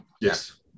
Yes